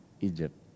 Egypt